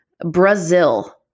Brazil